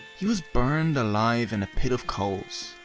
he was burned alive in a pit of coals.